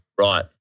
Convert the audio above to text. Right